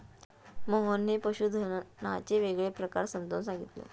मोहनने पशुधनाचे वेगवेगळे प्रकार समजावून सांगितले